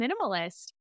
Minimalist